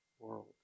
world